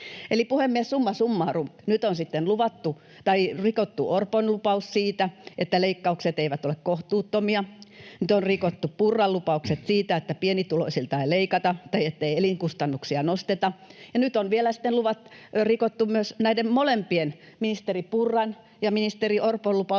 Puhemies! Summa summarum: nyt on sitten rikottu Orpon lupaus siitä, että leikkaukset eivät ole kohtuuttomia, nyt on rikottu Purran lupaukset siitä, että pienituloisilta ei leikata tai ettei elinkustannuksia nosteta, ja nyt on vielä sitten rikottu myös näiden molempien, ministeri Purran ja ministeri Orpon, lupaus